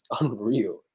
unreal